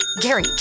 Gary